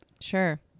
sure